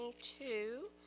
two